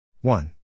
one